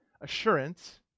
assurance